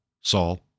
Saul